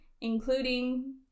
including